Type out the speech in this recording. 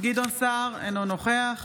גדעון סער, אינו נוכח